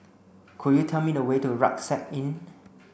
could you tell me the way to Rucksack Inn